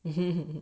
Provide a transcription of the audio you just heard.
mm mm